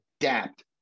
adapt